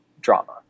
drama